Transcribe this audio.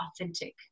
authentic